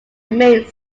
remained